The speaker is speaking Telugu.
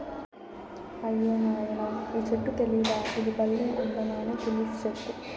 అయ్యో నాయనా ఈ చెట్టు తెలీదా ఇది బల్లే అందమైన తులిప్ చెట్టు